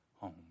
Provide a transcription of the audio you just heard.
home